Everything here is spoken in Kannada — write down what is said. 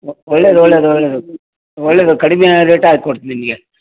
ಒ ಒಳ್ಳೆದು ಒಳ್ಳೆದು ಒಳ್ಳೆಯದು ಒಳ್ಳೆಯದು ಕಡಿಮೆ ರೇಟೆ ಹಾಕೊಡ್ತೀನ್ ನಿಮಗೆ